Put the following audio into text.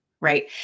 right